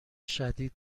شدید